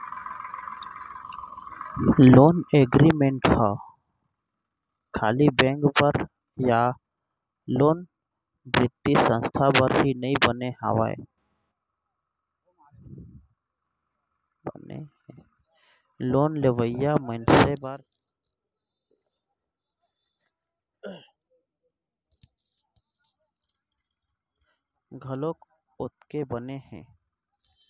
loan agreement ह खाली bank बर या कोनो बित्तीय संस्था बर ही बने नइ हे लोन लेवइया मनसे बर घलोक ओतके बने हे